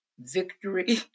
victory